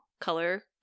color